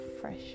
fresh